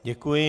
Děkuji.